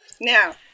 now